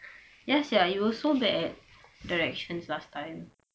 yes sia you were so bad at directions last time